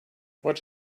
what